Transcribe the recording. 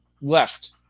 left